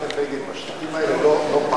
ההיסטוריה מלמדת שמנחם בגין בשטחים האלה לא פעל,